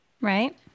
right